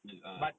ah